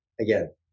again